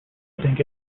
think